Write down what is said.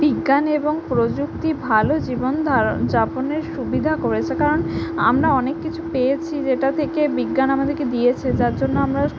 বিজ্ঞান এবং প্রযুক্তি ভালো জীবন ধারণ যাপনের সুবিধা করেছে কারণ আমরা অনেক কিছু পেয়েছি যেটা থেকে বিজ্ঞান আমাদেরকে দিয়েছে যার জন্য আমরা